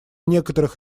некоторых